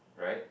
right